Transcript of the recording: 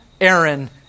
Aaron